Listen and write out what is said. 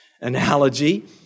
analogy